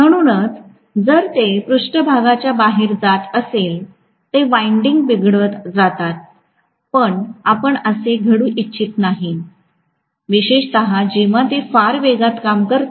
म्हणूनच जर ते पृष्ठभागाच्या बाहेर जात असेल ते वाइंडिंग बिघडवत जातात पण आपण असे घडू इच्छित नाही विशेषत जेव्हा ते फार वेगात काम करतात